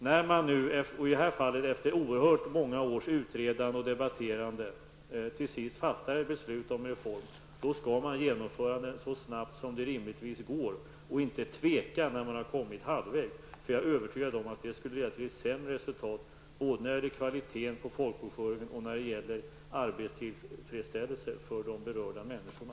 När man nu, i det här fallet efter oerhört många års utredande och debatterande, till sist fattar ett beslut om en reform, då skall man genomföra den så snabbt som det rimligtvis går och inte tveka när man kommit halvvägs. Jag övertygad om att det skulle leda till ett sämre resultat både när det gäller kvaliteten på folkbokföringen och när det gäller arbetstillfredsställelsen för de berörda människorna.